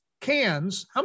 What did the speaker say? cans